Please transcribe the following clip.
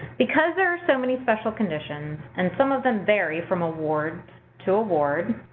because there are so many special conditions and some of them vary from award to award,